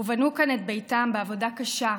ובנו כאן את ביתם בעבודה קשה,